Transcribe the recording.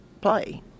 play